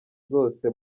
zose